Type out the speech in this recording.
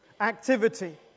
activity